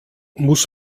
muss